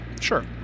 Sure